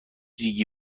ریگی